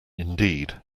indeed